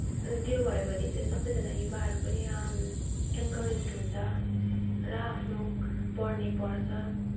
अनि त्यो भयो भने चाहिँ सबैजना युवाहरू पनि एनकरेज्ड हुन्छ र आफ्नो पढ्ने पढ्छ